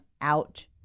out